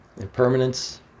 impermanence